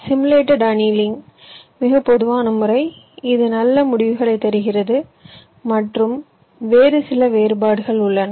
simulated annealing மிக பொதுவான முறை இது நல்ல முடிவுகளைத் தருகிறது மற்றும் வேறு சில வேறுபாடுகள் உள்ளன